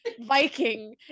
Viking